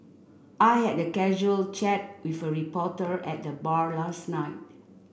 I had a casual chat with a reporter at the bar last night